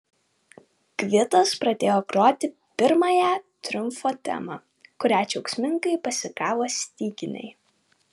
gvidas pradėjo groti pirmąją triumfo temą kurią džiaugsmingai pasigavo styginiai